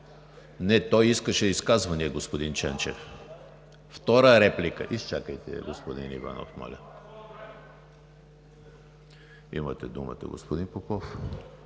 Не, той искаше изказване, господин Ченчев. (Шум и реплики.) Втора реплика? Изчакайте господин Иванов, моля. Имате думата, господин Попов.